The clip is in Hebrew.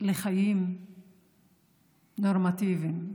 לחיים נורמטיביים.